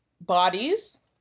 bodies